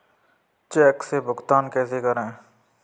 Check से भुगतान कैसे करें?